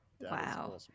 Wow